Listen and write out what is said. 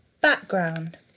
Background